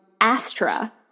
Astra